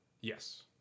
Yes